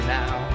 now